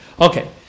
Okay